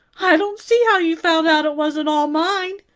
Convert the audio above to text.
i don't see how you found out it wasn't all mine.